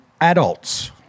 adults